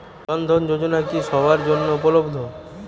জন ধন যোজনা কি সবায়ের জন্য উপলব্ধ?